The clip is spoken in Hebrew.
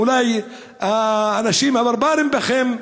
אולי האנשים הברברים בכם,